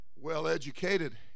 well-educated